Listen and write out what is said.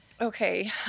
okay